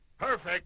perfect